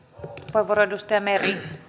arvoisa puhemies olen myös